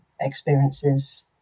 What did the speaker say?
Experiences